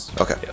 Okay